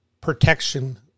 protection